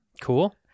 Cool